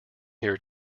here